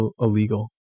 illegal